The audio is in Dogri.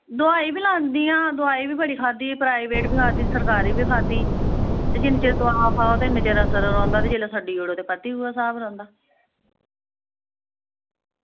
दोआई बी लांदी ऐ दोआई बी बड़ी खाद्धी प्राईवेट बी खाद्धी सरकारी बी बड़ी खाद्धी जेल्लै दोआई खाओ ते फर्क रौहंदा ते जेल्लै छड्डी देओ ते उऐ नेहा होई जंदा